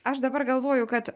aš dabar galvoju kad